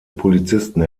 polizisten